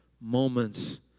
moments